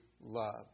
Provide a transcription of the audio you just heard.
love